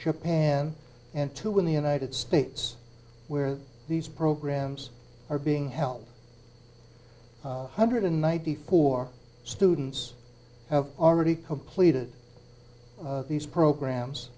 japan and to win the united states where these programs are being held hundred and ninety four students have already completed these programs